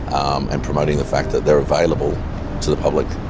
um and promoting the fact that they're available to the public.